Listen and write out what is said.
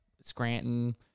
Scranton